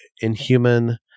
inhuman